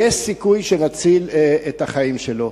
יש סיכוי שנציל את החיים שלו.